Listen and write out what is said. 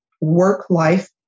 work-life